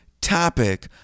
topic